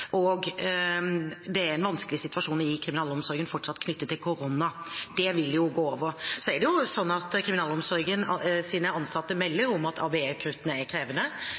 og det er fortsatt en vanskelig situasjon i kriminalomsorgen knyttet til korona. Det vil jo gå over. Så er det jo sånn at kriminalomsorgens ansatte melder om at ABE-kuttene er krevende.